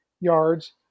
yards